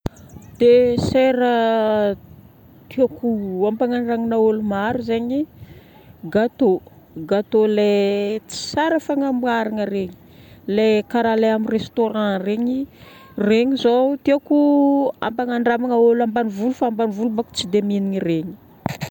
Déssert tiako hampanandramigna olo maro zaigny gâteau. Gâteau lay tsara fagnamboaragna regny. Ilay karaha lay amin'ny restaurant regny. Regny zao tiako hampanandramigna olo ambanivolo fa ambanivolo boko tsy dia mihinagna regny.